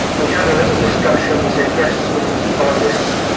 we had a little discussion, we said yes we need to follow this,